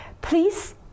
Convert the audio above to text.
please